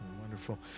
Wonderful